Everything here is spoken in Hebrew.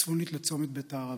צפונית לצומת בית הערבה.